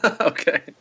okay